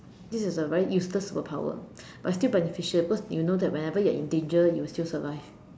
this is a very useless superpower but still beneficial because you know that whenever you are in danger you will still survive